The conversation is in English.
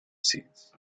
seats